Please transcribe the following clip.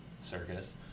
circus